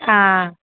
हा